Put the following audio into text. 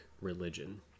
religion